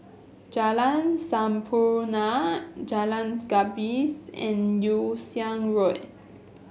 Jalan Sampurna Jalan's Gapis and Yew Siang Road